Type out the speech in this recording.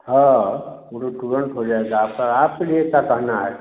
हाँ वह तो तुरंत हो जाएगा सर आपके लिए क्या कहना है